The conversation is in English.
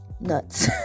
nuts